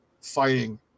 fighting